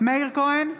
מאיר כהן,